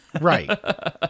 right